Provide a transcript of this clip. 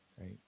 Right